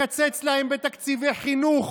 מקצץ להם בתקציבי חינוך,